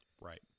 Right